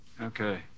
Okay